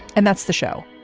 and that's the show.